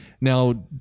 now